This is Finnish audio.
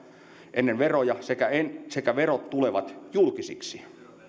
ennen veroja sekä verot tulevat julkisiksi